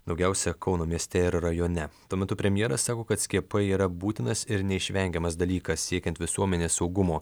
daugiausia kauno mieste ir rajone tuo metu premjeras sako kad skiepai yra būtinas ir neišvengiamas dalykas siekiant visuomenės saugumo